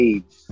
Age